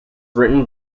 written